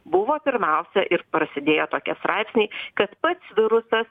buvo pirmiausia ir prasidėjo tokie straipsniai kad pats virusas